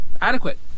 adequate